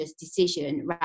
decision